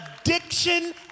addiction